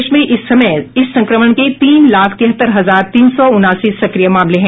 देश में इस समय इस संक्रमण के तीन लाख तिहत्तर हजार तीन सौ उनासी सक्रिय मामले हैं